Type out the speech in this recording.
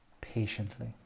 patiently